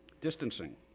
distancing